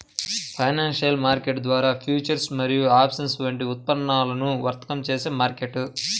financial market ద్వారా futures మరియు options వంటి ఉత్పన్నాలను వర్తకం చేసే మార్కెట్